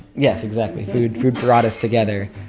yes, exactly. food food brought us together,